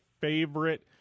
Favorite